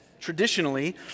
traditionally